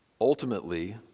ultimately